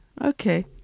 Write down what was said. Okay